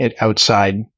outside